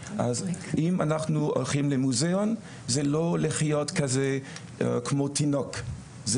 אז אם אנחנו הולכים למוזיאון זה לא לחיות כזה כמו תינוק,